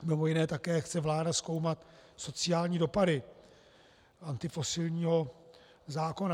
Mimo jiné také chce vláda zkoumat sociální dopady antifosilního zákona.